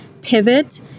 pivot